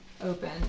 open